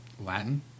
Latin